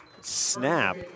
snap